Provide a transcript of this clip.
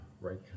right